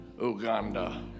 Uganda